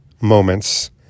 moments